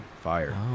fire